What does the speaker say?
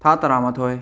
ꯊꯥ ꯇꯔꯥ ꯃꯥꯊꯣꯏ